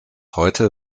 heute